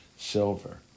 silver